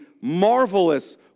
marvelous